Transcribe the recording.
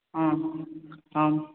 ஆ ஆ